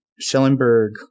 Schellenberg